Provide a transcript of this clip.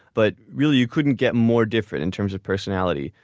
but really you couldn't get more different in terms of personality.